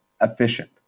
efficient